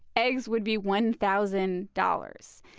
eggs would be one thousand dollars.